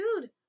dude